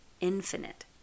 infinite